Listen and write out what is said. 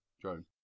drone